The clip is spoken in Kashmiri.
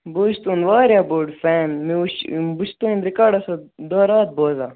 بہٕ حظ چھُس تُہُنٛد وارِیاہ بوٚڈ فین مےٚ وُچھ بہٕ چھُ تُہُنٛد رِکارڈ آسان دۄہ رات بوزان